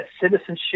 citizenship